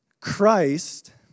Christ